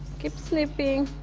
keep snipping.